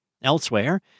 Elsewhere